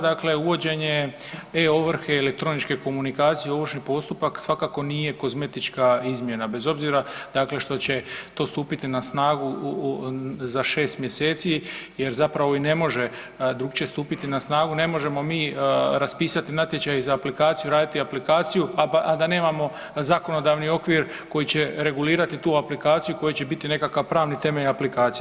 Dakle uvođenje e-ovrhe i elektroničke komunikacije u ovršni postupak svakako nije kozmetička izmjena bez obzira dakle što će to stupiti na snagu za 6 mjeseci jer zapravo i ne može drugačije stupiti na snagu, ne možemo mi raspisati natječaj za aplikaciju, raditi aplikaciju, a da nemamo zakonodavni okvir koji će regulirati tu aplikaciju koji će biti nekakav pravni temelj aplikaciji.